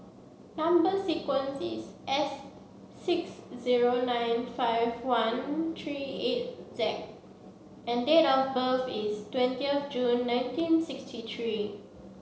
number sequence is S six zero nine five one three eight Z and date of birth is twentieth June nineteen sixty three